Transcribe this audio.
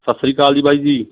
ਸਤਿ ਸ਼੍ਰੀ ਅਕਾਲ ਜੀ ਬਾਈ ਜੀ